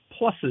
pluses